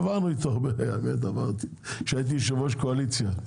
עברנו איתו הרבה עברתי כשהייתי יושב ראש הקואליציה,